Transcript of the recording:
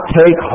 take